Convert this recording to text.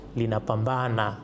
linapambana